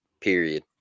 period